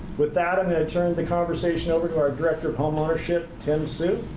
with that, i'm going to turn the conversation over to our director of homeownership, tim so